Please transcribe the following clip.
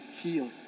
healed